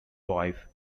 wife